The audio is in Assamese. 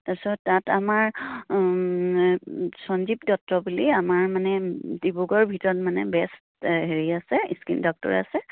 তাৰপিছত তাত আমাৰ সঞ্জীৱ দত্ত বুলি আমাৰ মানে ডিব্ৰুগড়ৰ ভিতৰত মানে বেষ্ট হেৰি আছে স্কীন ডক্টৰ আছে